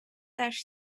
теж